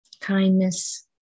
kindness